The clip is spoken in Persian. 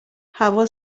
هوا